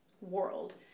world